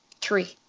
three